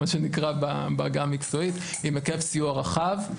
מה שנקרא בעגה המקצועית עם היקף סיוע רחב,